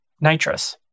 nitrous